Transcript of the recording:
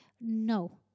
No